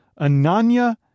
Ananya